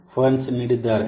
Ferns ನೀಡಿದ್ದಾರೆ